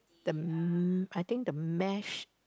the I think the mash